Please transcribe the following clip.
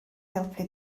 helpu